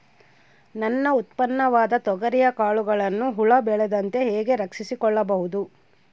ನನ್ನ ಉತ್ಪನ್ನವಾದ ತೊಗರಿಯ ಕಾಳುಗಳನ್ನು ಹುಳ ಬೇಳದಂತೆ ಹೇಗೆ ರಕ್ಷಿಸಿಕೊಳ್ಳಬಹುದು?